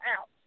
out